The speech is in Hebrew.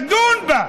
לדון בה.